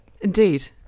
indeed